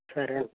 సరేండి